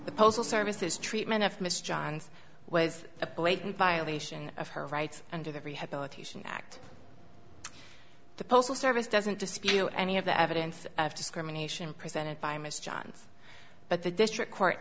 the postal service his treatment if miss johns was a blatant violation of her rights under the rehabilitation act the postal service doesn't dispute any of the evidence of discrimination presented by ms johns but the district court